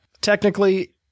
Technically